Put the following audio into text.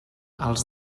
els